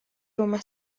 rumah